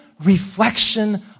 reflection